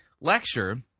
lecture